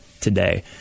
today